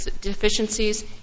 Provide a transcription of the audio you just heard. deficiencies